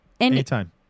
anytime